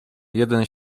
jeden